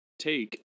take